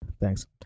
thanks